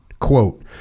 Quote